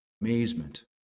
amazement